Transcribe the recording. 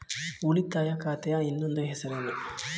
ಉಳಿತಾಯ ಖಾತೆಯ ಇನ್ನೊಂದು ಹೆಸರೇನು?